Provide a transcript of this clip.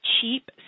cheap